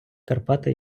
карпати